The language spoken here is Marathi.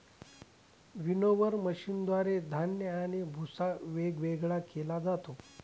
विनोवर मशीनद्वारे धान्य आणि भुस्सा वेगवेगळा केला जातो